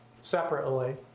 separately